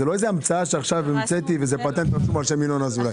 זו לא המצאה שעכשיו המצאתי וזה פטנט רשום על שם ינון אזולאי.